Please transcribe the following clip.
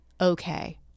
okay